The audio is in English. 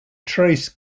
trace